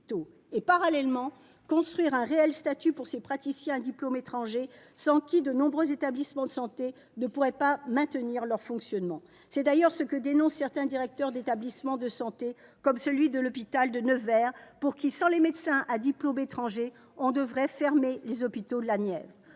il convient de construire un réel statut pour ces praticiens à diplôme étranger, sans qui de nombreux établissements de santé ne pourraient pas maintenir leur fonctionnement. C'est d'ailleurs ce que dénoncent certains directeurs d'établissements de santé comme celui de l'hôpital de Nevers, pour qui, sans les médecins à diplôme étranger, on devrait « fermer les hôpitaux de la Nièvre